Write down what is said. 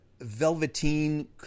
Velveteen